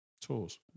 tours